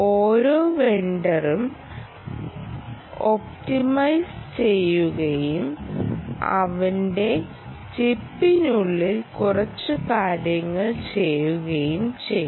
ഓരോ വെണ്ടറും ഒപ്റ്റിമൈസ് ചെയ്യുകയും അവന്റെ ചിപ്പിനുള്ളിൽ കുറച്ച് കാര്യങ്ങൾ ചെയ്യുകയും ചെയ്യും